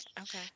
okay